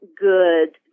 good